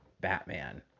Batman